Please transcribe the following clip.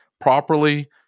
properly